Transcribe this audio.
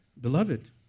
beloved